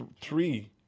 three